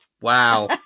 Wow